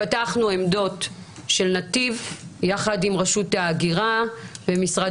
פתחנו עמדות של נתיב יחד עם רשות ההגירה ומשרד